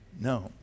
No